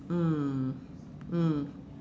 mm mm